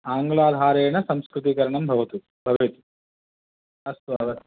आङ्ग्लाधारेण संस्कृतीकरणं भवतु भवेत् अस्तु अव